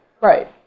right